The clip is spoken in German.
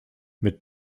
mit